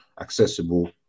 accessible